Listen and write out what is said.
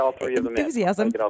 enthusiasm